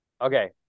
Okay